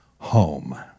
home